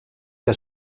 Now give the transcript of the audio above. que